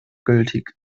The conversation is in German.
gültig